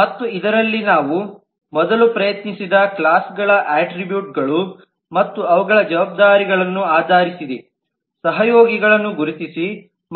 ಮತ್ತು ಇದರಲ್ಲಿ ನಾವು ಮೊದಲು ಪ್ರಯತ್ನಿಸಿದಕ್ಲಾಸ್ಗಳ ಅಟ್ರಿಬ್ಯೂಟ್ಗಳು ಮತ್ತು ಅವುಗಳ ಜವಾಬ್ದಾರಿಗಳನ್ನು ಆಧರಿಸಿದೆ ಸಹಯೋಗಿಗಳನ್ನು ಗುರುತಿಸಿ